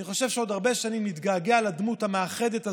אני חושב שעוד הרבה שנים נתגעגע לדמות המאחדת הזאת,